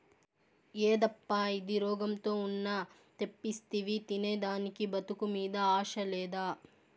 యేదప్పా ఇది, రోగంతో ఉన్న తెప్పిస్తివి తినేదానికి బతుకు మీద ఆశ లేదా